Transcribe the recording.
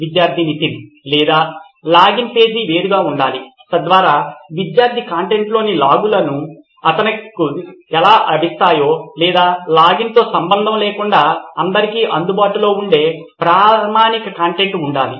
విద్యార్థి నితిన్ లేదా login page వేరుగా ఉండాలి తద్వారా విద్యార్థి కంటెంట్లోని లాగ్లు అతనికి ఎలా లభిస్తాయి లేదా లాగిన్తో సంబంధం లేకుండా అందరికీ అందుబాటులో ఉండే ప్రామాణిక కంటెంట్ ఉండాలి